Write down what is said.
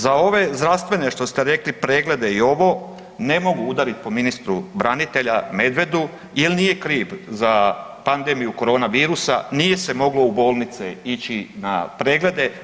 Za ove zdravstvene što ste rekli preglede i ovo ne mogu udarit po ministru branitelja Medvedu, jer nije kriv za pandemiju corona virusa, nije se moglo u bolnice ići na preglede.